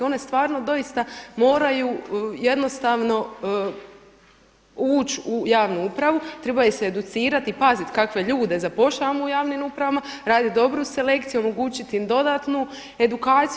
One stvarno doista moraju jednostavno ući u javnu upravu, treba ih se educirati i paziti kakve ljude zapošljavamo u javnim upravama, radit dobru selekciju, omogućit im dodatnu edukaciju.